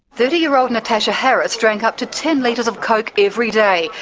thirty year old natasha harris drank up to ten litres of coke every day,